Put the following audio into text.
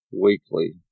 weekly